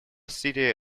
city